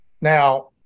Now